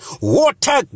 water